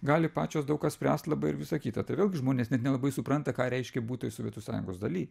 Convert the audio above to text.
gali pačios daug ką spręst labai ir visą kitą todėl žmonės net nelabai supranta ką reiškia būt toj sovietų sąjungos daly